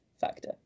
factor